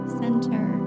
center